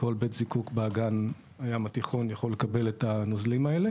כל בית זיקוק באגן הים התיכון יכול לקבל את הנוזלים האלה.